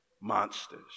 monsters